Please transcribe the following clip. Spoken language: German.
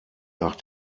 nach